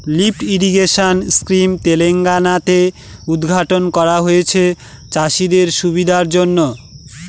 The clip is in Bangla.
লিফ্ট ইরিগেশন স্কিম তেলেঙ্গানা তে উদ্ঘাটন করা হয়েছে চাষীদের সুবিধার জন্য